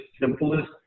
simplest